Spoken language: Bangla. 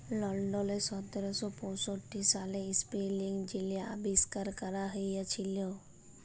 লল্ডলে সতের শ পঁয়ষট্টি সালে ইস্পিলিং যিলি আবিষ্কার ক্যরা হঁইয়েছিল